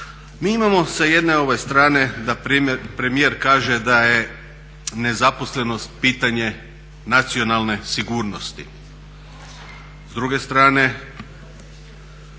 Mi imamo sa jedne strane da premijer kaže da je nezaposlenost pitanje nacionalne sigurnost, s druge strane